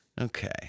Okay